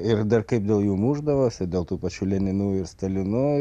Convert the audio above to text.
ir dar kaip dėl jų mušdavosi dėl tų pačių leninų ir stalinų